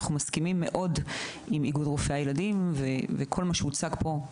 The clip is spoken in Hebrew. אנחנו מסכימים מאוד עם איגוד רופאי הילדים ותומכים בדברים שהוצגו כאן.